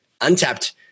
untapped